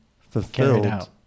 fulfilled